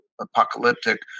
apocalyptic